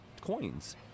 coins